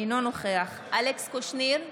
אינו נוכח אלכס קושניר,